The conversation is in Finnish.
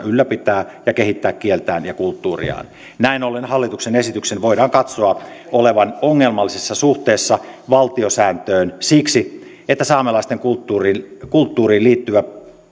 ylläpitää ja kehittää kieltään ja kulttuuriaan näin ollen hallituksen esityksen voidaan katsoa olevan ongelmallisessa suhteessa valtiosääntöön siksi että saamelaisten kulttuuriin kulttuuriin liittyviä